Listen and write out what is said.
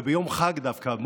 ביום חג דווקא,